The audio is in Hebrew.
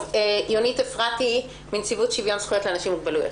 יונית אפרתי מנציבות שוויון זכויות לאנשים עם מוגבלויות,